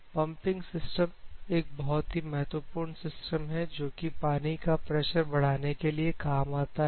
pumping system एक बहुत ही महत्वपूर्ण सिस्टम है जोकि पानी का प्रेशर बढ़ाने के लिए काम आता है